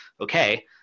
Okay